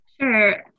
Sure